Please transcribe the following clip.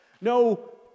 no